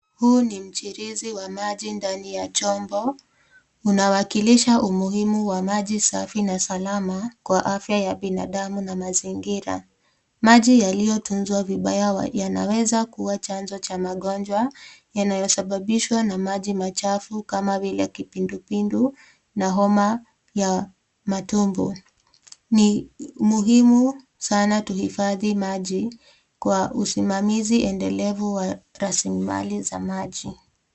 Huu ni mchirizi wa maji ndani ya chombo. Unawakilisha umuhimu wa maji safi na salama kwa afya ya binadamu na mazingira. Maji yaliyotunzwa vibaya yanaweza kuwa chanzo cha magonjwa yanayosababishwa na maji machafu kama vile kipindupindu na homa ya matumbo. Ni muhimu sana tuhifadhi maji kwa usimamizi endelevu wa rasilimali za maji.